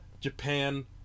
Japan